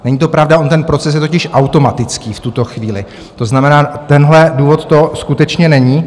Není to pravda, on ten proces je totiž automatický v tuto chvíli, to znamená, tenhle důvod to skutečně není.